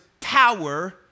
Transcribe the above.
power